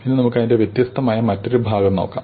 ഇനി നമുക്ക് അതിന്റെ വ്യത്യസ്തമായ മറ്റൊരു ഭാഗം നോക്കാം